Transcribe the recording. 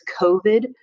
COVID